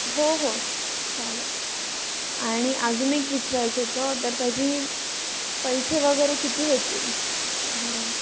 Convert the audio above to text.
हो हो चालेल आणि अजून एक विचारायचं होतं तर त्याची पैसे वगैरे किती होतील साधारण